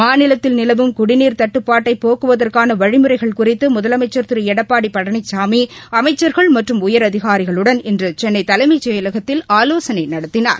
மாநிலத்தில் நிலவும் குடிநீர் தட்டுப்பாட்டை போக்குவதற்கான வழிமுறைகள் குறித்து முதலமைச்ச் திரு எடப்பாடி பழனிசாமி அமைச்ச்கள் மற்றும் உயரதிகாரிகளுடன் இன்று சென்னை தலைமை செயலகத்தில் ஆலோசனை நடத்தினார்